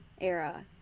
era